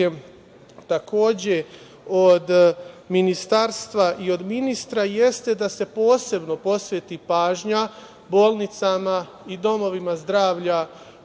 takođe, od ministarstva i od ministra jeste da se posebno posveti pažnja bolnicama i domovima zdravlja